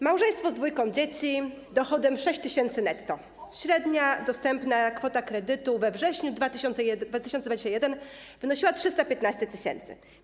Małżeństwo z dwójką dzieci, z dochodem 6 tys. zł netto - średnia dostępna kwota kredytu we wrześniu 2021 r. wynosiła 315 tys. zł.